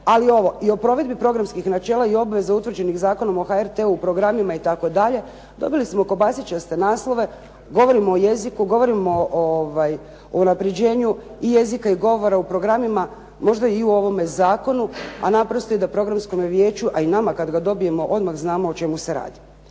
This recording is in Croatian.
i ovo i o provedbi programskih načela i obveza utvrđenih Zakonom o HRT-u, programima itd. Dobili smo kobasičaste naslove, govorimo o jeziku, govorimo o unapređenju i jezika i govora u programima, možda i u ovome zakonu a naprosto da i Programskome vijeću a i nama kad ga dobijemo odmah znamo o čemu se radi.